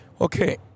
Okay